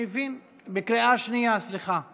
בקריאה שנייה, סליחה.